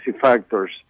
factors